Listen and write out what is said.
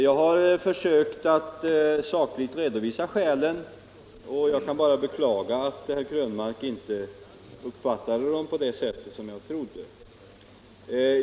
Jag har försökt att sakligt redovisa skälen till vårt ställningstagande, och jag kan bara beklaga att herr Krönmark inte uppfattade dem på det sätt som jag trodde.